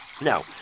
Now